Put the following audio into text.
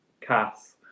cass